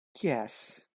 Yes